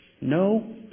No